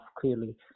clearly